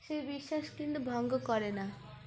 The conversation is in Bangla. সে বিশ্বাস কিন্তু ভঙ্গ করে না